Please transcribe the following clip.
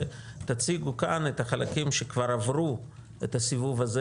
שתציגו כאן את החלקים שכבר עברו את הסיבוב הזה